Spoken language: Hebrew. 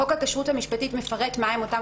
חוק הכשרות המשפטית מפרט מה הן אותן